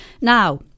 now